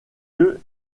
lieu